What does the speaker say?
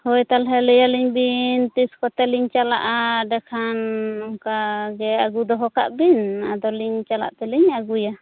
ᱦᱳᱭ ᱛᱟᱦᱚᱞᱮ ᱞᱟᱹᱭᱟᱞᱤᱧ ᱵᱤᱱ ᱛᱤᱥ ᱠᱚᱛᱮ ᱞᱤᱧ ᱪᱟᱞᱟᱜᱼᱟ ᱮᱸᱰᱮ ᱠᱷᱟᱱ ᱚᱱᱠᱟ ᱜᱮ ᱟᱹᱜᱩ ᱫᱚᱦᱚ ᱠᱟᱜ ᱵᱤᱱ ᱟᱫᱚ ᱞᱤᱧ ᱪᱟᱞᱟᱜ ᱛᱮᱞᱤᱧ ᱟᱹᱜᱩᱭᱟ